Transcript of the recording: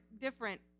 different